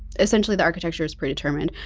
essentially the architecture is predetermined.